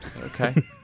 Okay